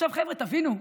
עכשיו, חבר'ה, תבינו,